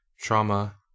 trauma